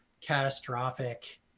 catastrophic